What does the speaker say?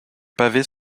pavés